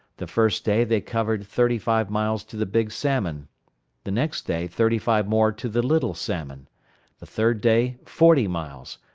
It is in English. the first day they covered thirty-five miles to the big salmon the next day thirty-five more to the little salmon the third day forty miles,